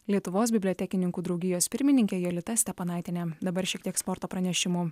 lietuvos bibliotekininkų draugijos pirmininkė jolita steponaitienė dabar šiek tiek sporto pranešimų